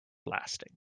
lasting